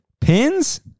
Pins